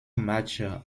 matchs